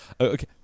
okay